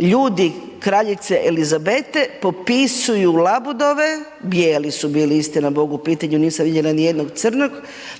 ljudi kraljice Elizabete popisuju labudove, bijeli su bili istina Bog u pitanju nisam vidjela niti jednog crnog